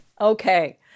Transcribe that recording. Okay